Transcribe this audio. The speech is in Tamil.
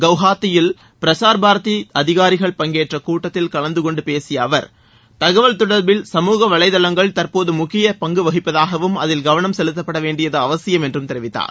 கவுகாத்தியில் பிரசார் பாரதி அதிகாரிகள் பங்கேற்ற கூட்டத்தில் கலந்தகொண்டு பேசிய அவர் தகவல் தொடர்பில் சமூக வளைதளங்கள் தற்போது முக்கிய பங்கு வகிப்பதாகவும் அதில் கவனம் செலுத்தப்பட வேண்டியது அவசியம் என்றும் தெரிவித்தார்